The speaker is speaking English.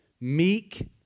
meek